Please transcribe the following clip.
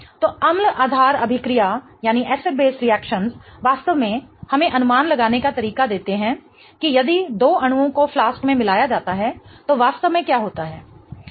तो अम्ल आधार अभिक्रिया वास्तव में हमें अनुमान लगाने का तरीका देती हैं कि यदि दो अणुओं को फ्लास्क में मिलाया जाता है तो वास्तव में क्या होता है